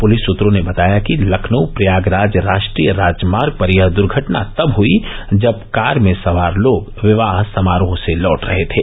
police सूत्रों ने बताया कि लखनऊ प्रयागराज राश्ट्रीय राजमार्ग पर यह दुर्घटना तब हुयी जब कार में सवार लोग विवाह समारोह से लौट रहे थे